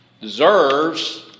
deserves